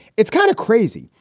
it's kind of crazy,